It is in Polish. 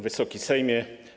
Wysoki Sejmie!